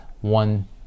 one